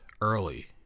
early